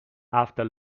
after